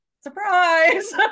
surprise